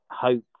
hope